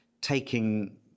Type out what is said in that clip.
taking